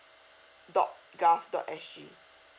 dot gov dot s g